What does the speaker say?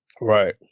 right